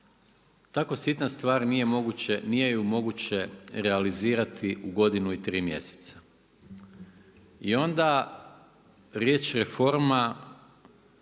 tako sitna stvar, nije ju moguće realizirati u godinu i 3 mjeseca. I onda riječ reforma